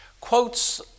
quotes